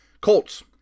Colts